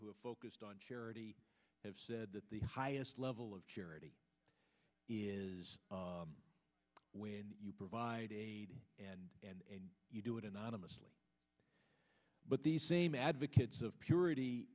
who have focused on charity have said that the highest level of charity is when you provide aid and and you do it anonymously but the same advocates of purity